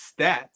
stats